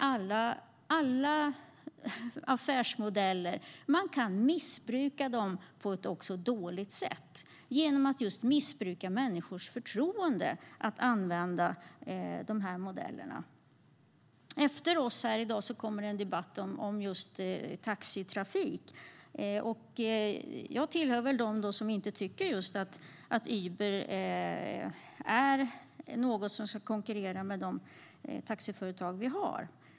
Alla affärsmodeller kan missbrukas genom missbruk av människors förtroende. Direkt efter denna debatt kommer en debatt om just taxitrafik. Jag tillhör väl dem som inte tycker att just Uber är något som ska konkurrera med de taxiföretag vi har.